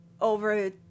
over